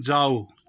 जाऊ